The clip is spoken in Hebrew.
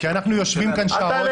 אנחנו יושבים פה שעות,